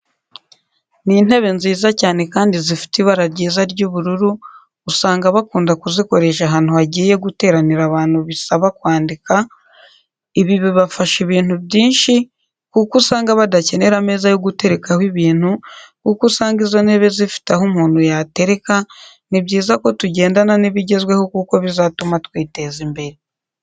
Ni intebe nziza cyane kandi zifite ibara ryiza ry'ubururu, usanga bakunda kuzikoresha ahantu hagiye guteranira abantu bisaba kwandika, ibi bibafasha ibintu byinshi kuko usanga badakenera ameza yo guterekaho ibintu kuko usanga izo ntebe zifite aho umuntu yatereka, ni byiza ko tugendana nibigezweho kuko bizatuma twiteza imbere.